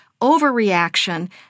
overreaction